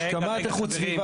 יש, קמ"ט איכות סביבה.